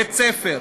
בית-ספר